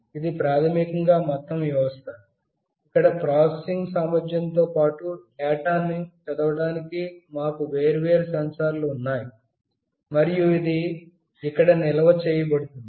ఇది ప్రాథమికంగా మొత్తం వ్యవస్థ ఇక్కడ ప్రాసెసింగ్ సామర్ధ్యంతో పాటు డేటాను చదవడానికి మాకు వేర్వేరు సెన్సార్లు ఉన్నాయి మరియు ఇది ఇక్కడ నిల్వ చేయబడుతుంది